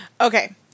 Okay